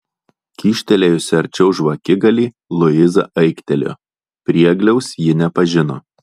kyštelėjusi arčiau žvakigalį luiza aiktelėjo priegliaus ji nepažino